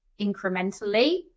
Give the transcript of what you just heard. incrementally